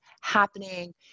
happening